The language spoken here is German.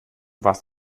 warst